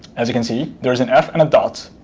as you can see, there is an f and a dot.